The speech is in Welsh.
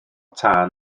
tân